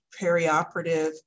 perioperative